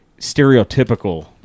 stereotypical